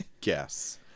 guess